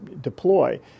deploy